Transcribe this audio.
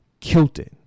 Kilton